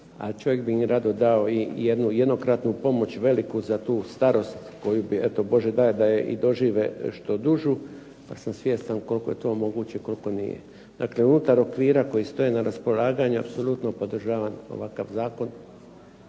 čovjek bi im rado dao i jednu jednokratnu pomoć veliku za tu starost koju bi eto Bože daj da je dožive što dužu, ja sam svjestan koliko je to moguće, koliko nije. Dakle, unutar okvira koji stoje na raspolaganju apsolutno podržavam ovakav zakon